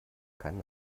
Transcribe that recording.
keinen